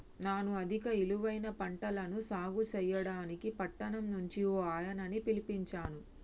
నాను అధిక ఇలువైన పంటలను సాగు సెయ్యడానికి పట్టణం నుంచి ఓ ఆయనని పిలిపించాను